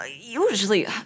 Usually